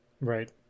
Right